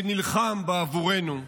שנלחם בעבורנו,